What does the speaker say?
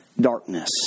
darkness